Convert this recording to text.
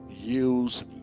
Use